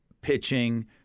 pitching